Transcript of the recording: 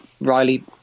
Riley